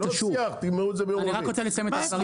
תגמרו את זה ביום רביעי.